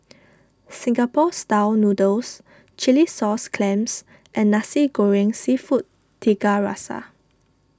Singapore Style Noodles Chilli Sauce Clams and Nasi Goreng Seafood Tiga Rasa